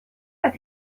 had